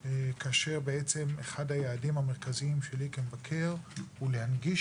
כאשר אחד היעדים המרכזיים שלי כמבקר הוא להנגיש